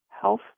health